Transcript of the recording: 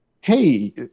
hey